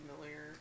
familiar